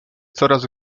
coraz